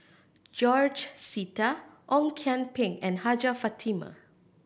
George Sita Ong Kian Peng and Hajjah Fatimah